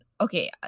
okay